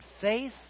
faith